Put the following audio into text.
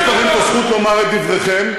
יש לכם זכות לומר את דבריכם,